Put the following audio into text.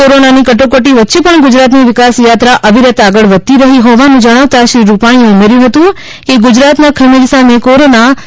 કોરોનાની કટોકટી વચ્ચે પણ ગુજરાતની વિકાસ યાત્રા અવિરત આગળ વધતી રહી હોવાનું જણાવતા શ્રી રૂપાણી એ ઉમેર્યું હતું કે ગુજરાતના ખમીર સામે કોરોના ચોક્કસ હારશે